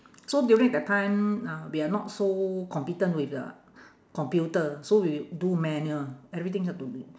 so during that time ah we are not so competent with the computer so we do manual everything have to